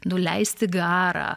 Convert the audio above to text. nuleisti garą